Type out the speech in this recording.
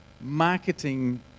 marketing